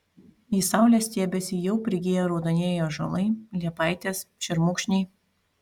į saulę stiebiasi jau prigiję raudonieji ąžuolai liepaitės šermukšniai